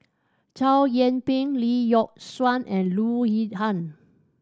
Chow Yian Ping Lee Yock Suan and Loo Zihan